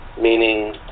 meaning